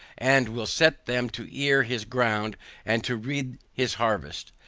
and will set them to ear his ground and to read his harvest,